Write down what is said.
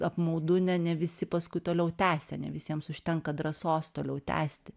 apmaudu ne ne visi paskui toliau tęsia ne visiems užtenka drąsos toliau tęsti